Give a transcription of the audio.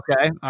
Okay